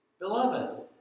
Beloved